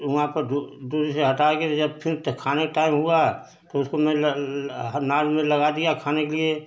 वहाँ पर दूरी से हटा कर तो जब फिर खाने के टाइम हुआ तो उसको मैं नाद में लगा दिया खाने के लिए